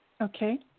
Okay